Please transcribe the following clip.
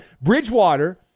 Bridgewater